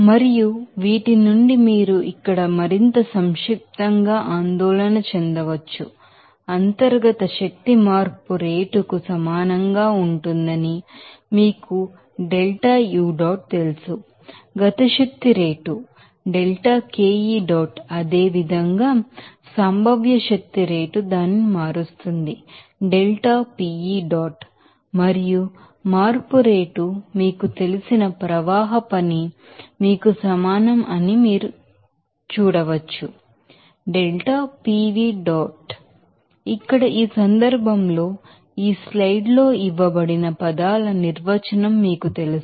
మరియు వీటి నుండి మీరు ఇక్కడ మరింత సంక్షిప్తంగా ఆందోళన చెందవచ్చు ఇంటర్నల్ ఎనర్జీ చేంజ్ రేటుకు సమానంగా ఉంటుందని మీకు తెలుసు కైనెటిక్ ఎనెర్జిస్ రేటు అదే విధంగా సంభావ్య శక్తి రేటు దానిని మారుస్తుంది మరియు మార్పు రేటు మీకు తెలిసిన ప్రవాహ పని మీకు సమానం అని మీకు తెలుసు ఇక్కడ ఈ సందర్భంలో ఈ స్లైడ్లలో ఇవ్వబడిన పదాల నిర్వచనం మీకు తెలుసు